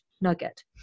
nugget